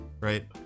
Right